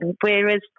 Whereas